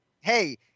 Hey